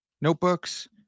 notebooks